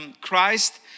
Christ